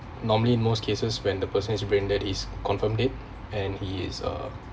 normally most cases when the person is brain dead is confirmed dead and he is uh